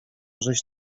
żeś